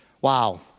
Wow